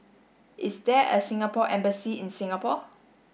is there a Singapore embassy in Singapore